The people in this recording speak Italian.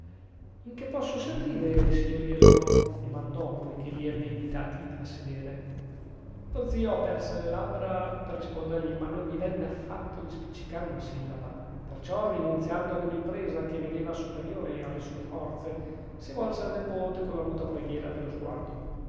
che posso servire le signorie loro dimandò poichè li ebbe invitati a sedere lo zio aperse le labbra per rispondergli ma non gli venne fatto di spiccicare una sillaba perciò rinunziando ad una impresa che vedeva superiore alle sue forze si volse al nepote con la muta preghiera dello sguardo